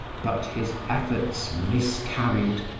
but his efforts miscarried.